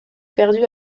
perdue